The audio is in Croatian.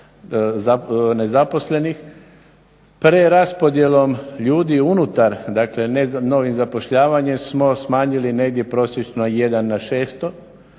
Preraspodjelom ljudi unutar, dakle ne novim zapošljavanjem smo smanjili negdje prosječno 1 na 600.